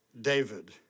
David